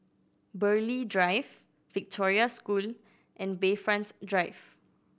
Burghley Drive Victoria School and Bayfront Drive